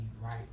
right